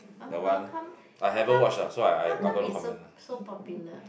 oh how come how come how come it's so so popular